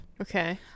Okay